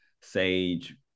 Sage